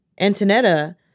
Antonetta